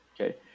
Okay